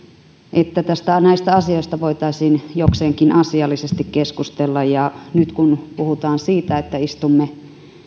että näistä asioista voitaisiin jokseenkin asiallisesti keskustella ja nyt kun puhutaan siitä että istumme